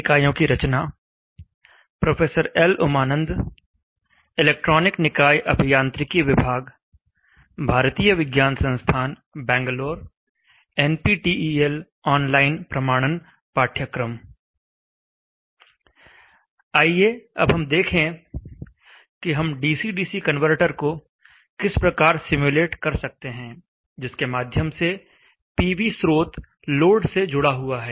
आइए अब हम देखें कि हम डीसी डीसी कनवर्टर को किस प्रकार सिम्युलेट कर सकते हैं जिसके माध्यम से पीवी स्रोत लोड से जुड़ा हुआ है